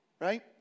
right